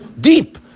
deep